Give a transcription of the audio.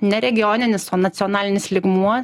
ne regioninis o nacionalinis lygmuo